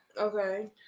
Okay